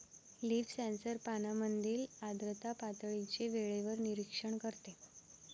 leaf sensor पानांमधील आर्द्रता पातळीचे वेळेवर निरीक्षण करते